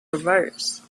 reversed